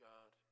God